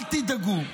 אל תדאגו.